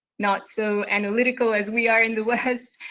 not so analytical as we are in the west,